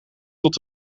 tot